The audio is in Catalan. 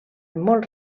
molt